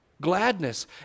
Gladness